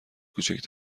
کوچک